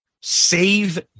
Save